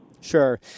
Sure